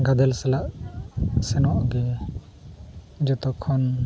ᱜᱟᱫᱮᱞ ᱥᱟᱞᱟᱜ ᱥᱮᱱᱚᱜ ᱜᱮ ᱡᱷᱚᱛᱚᱠᱷᱚᱱ